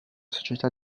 società